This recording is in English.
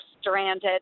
stranded